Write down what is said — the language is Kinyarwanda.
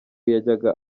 yajyaga